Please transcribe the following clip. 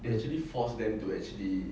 they actually force them to actually